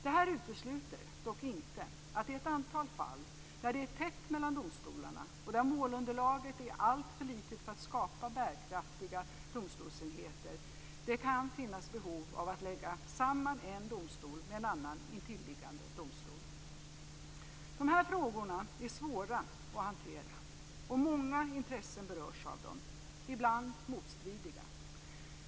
Det här utesluter dock inte att det i ett antal fall, där det är tätt mellan domstolarna och där målunderlaget är alltför litet för att skapa bärkraftiga domstolsenheter, kan finnas behov av att lägga samman en domstol med en annan, intilliggande domstol. Dessa frågor är svåra att hantera, och många intressen berörs av dem, ibland motstridiga.